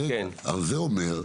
זאת אומרת,